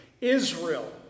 israel